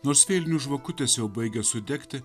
nors vėlinių žvakutės jau baigia sudegti